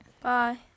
Bye